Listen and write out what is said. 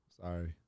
Sorry